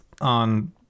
on